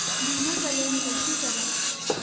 बीमा क्लेम कइसे करों?